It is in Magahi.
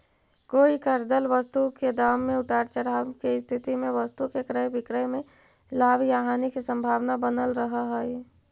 कोई खरीदल वस्तु के दाम में उतार चढ़ाव के स्थिति में वस्तु के क्रय विक्रय में लाभ या हानि के संभावना बनल रहऽ हई